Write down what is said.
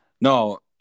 no